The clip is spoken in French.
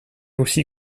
aussi